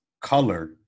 color